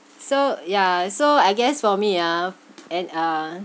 so yeah so I guess for me ah and uh